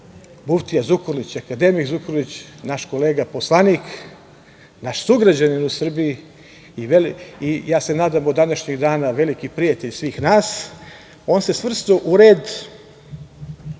muftija Zukorlić, akademik Zukorlić, naš kolega poslanik, naš sugrađanin u Srbiji, i ja se nadam od današnjeg dana i veliki prijatelj svih nas, on se svrstao u red